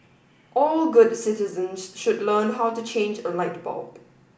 all good citizens should learn how to change a light bulb